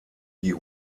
die